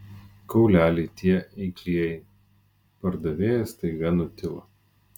kauleliai tie eiklieji pardavėjas staiga nutilo